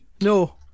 No